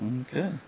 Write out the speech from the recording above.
Okay